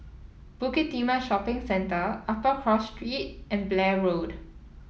Bukit Timah Shopping Centre Upper Cross Street and Blair Road